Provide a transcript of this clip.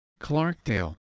Clarkdale